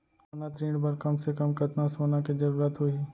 सोना ऋण बर कम से कम कतना सोना के जरूरत होही??